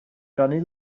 rannu